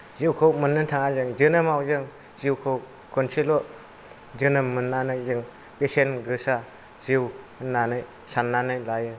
जिउखौ मोननो थाङा जों जोनोमाव जों जिउखौ खनसेल' जोनोम मोननानै जों बेसेन गोसा जिउ होननानै साननानै लायो